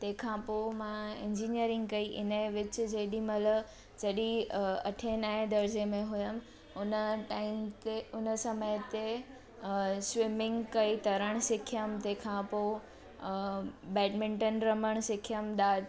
तंहिंखां पोइ मां इंजीनियरिंग कई इनजे विच जेॾीमहिल जॾहिं अ अठे नवें दर्जे में हुयमि उन टाइम ते उन समय ते अ स्विमिंग कई तरण सिखियम तंहिंखां पोइ अ बैडमिटन रमण सिखियमि डा